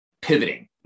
pivoting